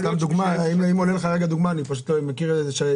אם אורט ואמית